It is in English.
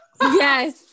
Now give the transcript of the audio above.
Yes